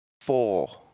four